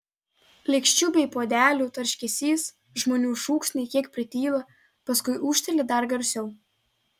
lėkščių bei puodelių tarškesys žmonių šūksniai kiek prityla paskui ūžteli dar garsiau